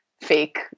fake